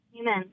Amen